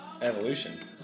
evolution